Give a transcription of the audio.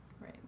Right